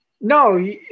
no